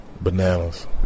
Bananas